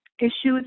issues